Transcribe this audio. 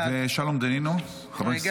בעד שלום דנינו,